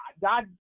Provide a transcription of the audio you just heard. God